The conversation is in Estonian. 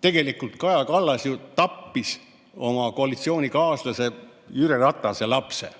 Tegelikult Kaja Kallas ju tappis oma koalitsioonikaaslase Jüri Ratase lapse.